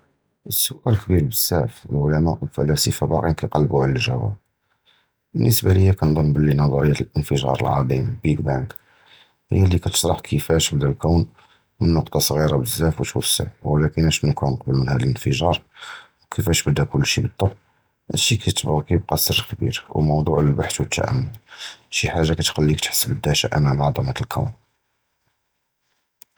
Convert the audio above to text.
הַדָּא סוּאַל קְבִיר בְּזַבַּא, הַעֲלָמָא וְהַפִּלְאָסוֹפִים בַּאקִין כִּתְקַלְּבוּ עַל הַגִּ'וּאב, בְּנְסְבַּא לִיָא כּנְצַנּ בְּלִי נָזַנּ תְּהּוֹרִיַּאת הַאִנְפְלַאג' הַעַזִים בִּיג בַּאנְג הִיּוּ לִי כִּתְשַרַּח כִּיפַּאש וָלָה הַקוּן מִן נְקּוּדָה זְעִירָה בְּזַבַּא וְתַתְוַסַע, וְלָקִין אַשְּׁנּוּ כִּנְקוּל מִן הַאִנְפְלַאג' וְכִיפַּאש בָּדָא כּוּלּ שִּׁי בְּצַבַּט, הַדָּא שִׁי כִּיתְבָּקִי סֵר קְבִיר, וְמַווּדוּע לִלְבַּחַת וְתַּעְמִיק, שִיָּא חַאצ' כִּתְחַס בְּדַהָשָׁה עַל עֲזִימַת הַקוּן.